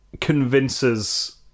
convinces